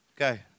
Okay